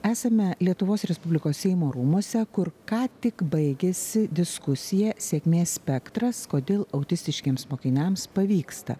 esame lietuvos respublikos seimo rūmuose kur ką tik baigėsi diskusija sėkmės spektras kodėl autistiškiems mokiniams pavyksta